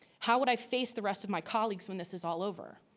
how would i face the rest of my colleagues when this is all over?